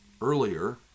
earlier